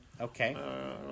Okay